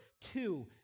two